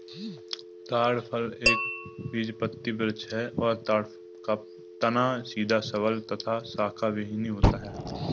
ताड़ फल एक बीजपत्री वृक्ष है और ताड़ का तना सीधा सबल तथा शाखाविहिन होता है